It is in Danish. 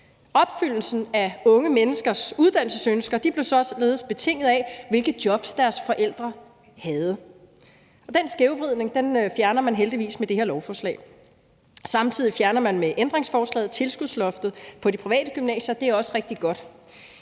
Opfyldelsen af unge menneskers uddannelsesønsker blev således betinget af, hvilke jobs deres forældre havde. Den skævvridning fjerner man heldigvis med det her lovforslag. Samtidig fjerner man med ændringsforslaget tilskudsloftet på de private gymnasier. Det er også rigtig godt.